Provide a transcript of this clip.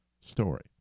story